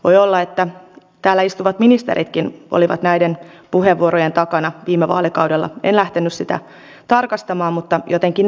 voi olla että täällä istuvat ministeritkin olivat näiden puheenvuorojen takana viime vaalikaudella en lähtenyt sitä tarkastamaan mutta jotenkin näin muistelen